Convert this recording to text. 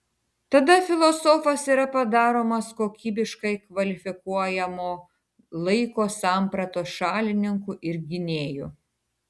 tada filosofas yra padaromas kokybiškai kvalifikuojamo laiko sampratos šalininku ir gynėju